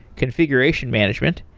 conf iguration management,